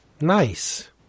Nice